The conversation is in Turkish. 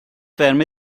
verme